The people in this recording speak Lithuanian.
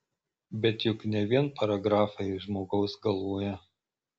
bet juk ne vien paragrafai žmogaus galvoje